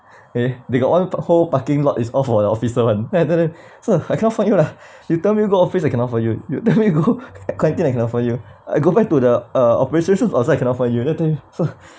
eh they got one whole parking lot is all for the officer [one] so I tell them sir I cannot find you lah you tell me you go office you cannot find you you let me go canteen I cannot find you I go back to the uh operations room also I cannot find you then I tell them sir